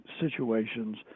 situations